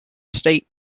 state